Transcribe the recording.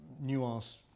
nuance